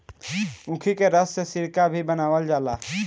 ऊखी के रस से सिरका भी बनावल जाला